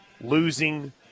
Losing